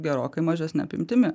gerokai mažesne apimtimi